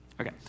Okay